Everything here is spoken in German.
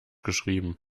geschrieben